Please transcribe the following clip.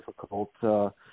difficult